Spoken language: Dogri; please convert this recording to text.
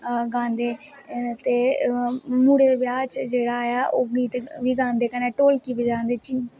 गांदे ते मुड़े दे ब्याह् च जेह्ड़ा ऐ ओह् गीत बी गांदे कनैं ढोलकी बी बजांदे